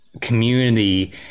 community